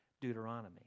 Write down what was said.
Deuteronomy